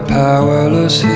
powerless